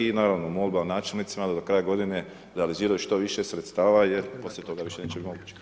I naravno, molba načelnicima da do kraja godine realiziraju što više sredstava jer poslije toga više neće moći.